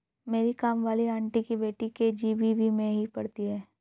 मेरी काम वाली आंटी की बेटी के.जी.बी.वी में ही पढ़ती है